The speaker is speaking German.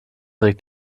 regt